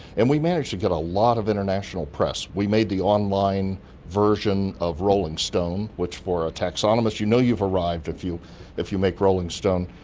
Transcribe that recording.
and we managed to get a lot of international press. we made the online version of rolling stone which for a taxonomist you know you've arrived if you if you make rolling stone!